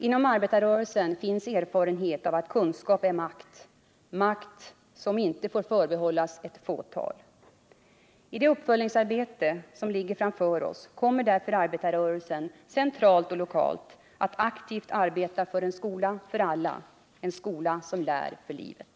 Inom arbetarrörelsen finns erfarenhet av att kunskap är makt, makt som inte får förbehållas ett fåtal. I det uppföljningsarbete som ligger framför oss kommer därför arbetarrörelsen centralt och lokalt att aktivt arbeta för en skola för alla, en skola som lär för livet.